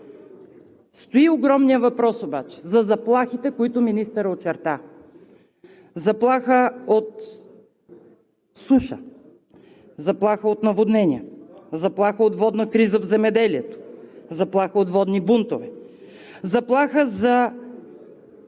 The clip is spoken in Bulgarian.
Стои огромният въпрос обаче за заплахите, които министърът очерта: заплаха от суша, заплаха от наводнение, заплаха от водна криза в земеделието, заплаха от водни бунтове, заплаха за